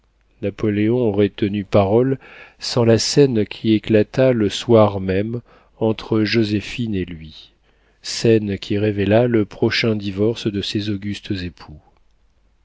napoléon aurait tenu parole sans la scène qui éclata le soir même entre joséphine et lui scène qui révéla le prochain divorce de ces augustes époux